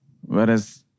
Whereas